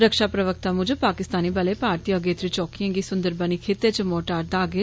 रक्षा प्रवक्ता मुजब पाकिस्तानी बलै भारतीय अगेतरी चौकिएं गी सुन्दरबनी खिते च मोर्टार दागे